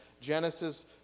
Genesis